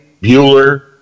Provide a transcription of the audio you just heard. Bueller